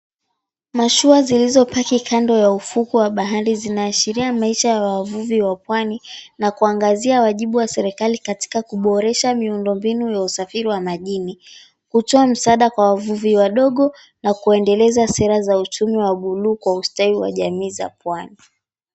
Mashua zilizopaki kando ya ufuko wa bahari, zinaashiria maisha ya wavuvi wa pwani na kuangazia wajibu wa serikali katika kuboresha miundo mbinu ya usafiri wa majini, hutoa msaada kwa wavuvi wadogo na kuendeleza sera za uchumi wa guluu kwa ustawii wa jamii za pwani.